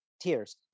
tears